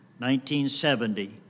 1970